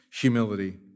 humility